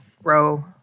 grow